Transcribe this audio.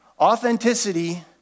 Authenticity